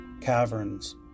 Caverns